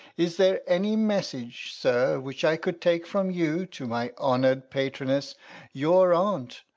is there any message, sir, which i could take from you to my honoured patroness your aunt,